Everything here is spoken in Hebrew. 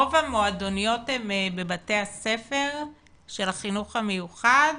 רוב המועדוניות הן בבתי הספר של החינוך המיוחד,